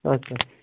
اَچھا